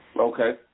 Okay